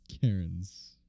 Karen's